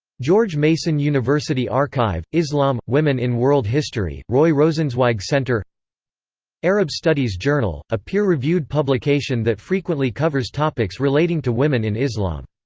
george mason university archive, islam women in world history, roy rosenzweig center arab studies journal a peer reviewed publication that frequently covers topics relating to women in islam.